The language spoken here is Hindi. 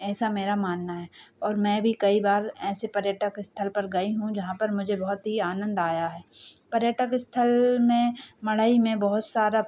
ऐसा मेरा मानना है और मैं भी कई बार ऐसे पर्यटक स्थल पर गई हूँ जहाँ पर मुझे बहुत ही आनंद आया है पर्यटक स्थल में मढ़ई में बहुत सारा